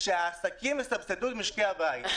שהעסקים יסבסדו את משקי הבית.